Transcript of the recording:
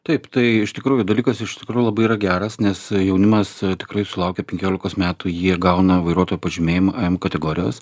taip tai iš tikrųjų dalykas iš tikrųjų labai yra geras nes jaunimas tikrai sulaukę penkiolikos metų jie gauna vairuotojo pažymėjimą m kategorijos